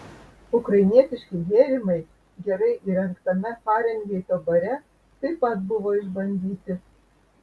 ukrainietiški gėrimai gerai įrengtame farenheito bare taip pat buvo išbandyti